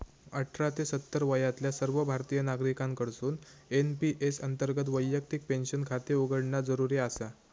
अठरा ते सत्तर वयातल्या सर्व भारतीय नागरिकांकडसून एन.पी.एस अंतर्गत वैयक्तिक पेन्शन खाते उघडणा जरुरी आसा